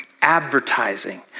advertising